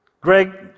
Greg